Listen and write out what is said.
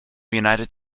united